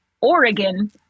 Oregon